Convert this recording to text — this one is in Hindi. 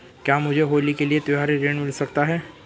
क्या मुझे होली के लिए त्यौहारी ऋण मिल सकता है?